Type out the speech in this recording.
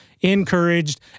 encouraged